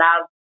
love